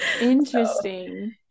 Interesting